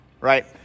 right